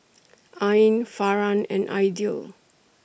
Ain Farhan and Aidil